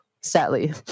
Sadly